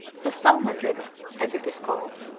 the salmon river, as it is called,